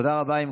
תודה רבה.